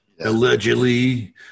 Allegedly